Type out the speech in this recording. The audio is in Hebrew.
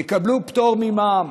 יקבלו פטור ממע"מ.